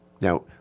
Now